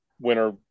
winner